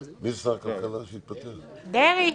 דרעי.